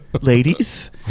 ladies